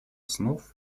основ